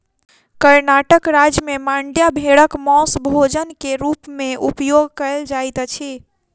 कर्णाटक राज्य में मांड्या भेड़क मौस भोजन के रूप में उपयोग कयल जाइत अछि